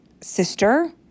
sister